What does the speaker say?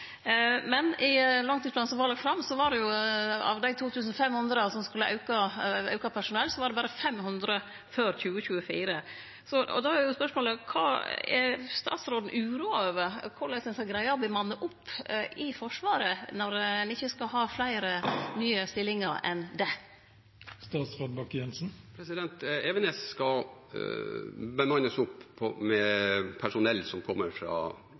men i langtidsplanen som var lagd fram, var det av dei 2 500 som ein skulle auke personellet med, berre 500 før 2024. Då er spørsmålet: Er statsråden uroa over korleis ein skal greie å bemanne opp i Forsvaret når ein ikkje skal ha fleire nye stillingar enn det? Evenes skal bemannes opp med personell som kommer